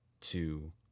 two